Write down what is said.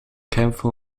kämpfen